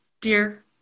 dear